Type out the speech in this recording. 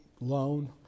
loan